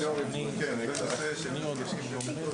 הישיבה